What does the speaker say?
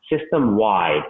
system-wide